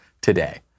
today